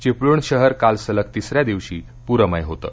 चिपळूण शहर काल सलग तिसऱ्या दिवशी पूरमय होतं